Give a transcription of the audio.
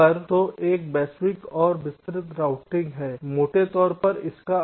तो यह वैश्विक और विस्तार रूटिंग Global Detailed Routing है मोटे तौर पर इसका अर्थ है